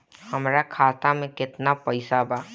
हमरा खाता में केतना पइसा बा?